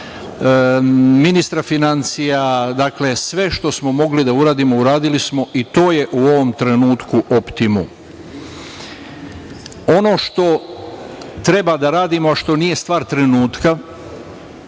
ministra finansija, sve što smo mogli da uradimo uradili smo i to je u ovom trenutku optimum. Ono što treba da radimo, a što nije stvar trenutka,